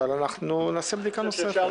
אבל נעשה בדיקה נוספת.